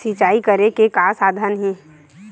सिंचाई करे के का साधन हे?